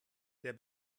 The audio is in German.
der